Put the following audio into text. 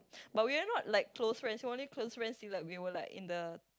but we were not like close friends we only close friends till like we were like in the